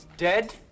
Dead